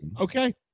okay